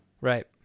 Right